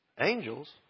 angels